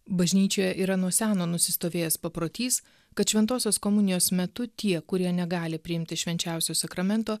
bažnyčioje yra nuo seno nusistovėjęs paprotys kad šventosios komunijos metu tie kurie negali priimti švenčiausio sakramento